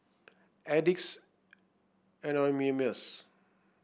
Addicts Anonymous